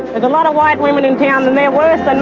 a lot of white women in town and they're worse and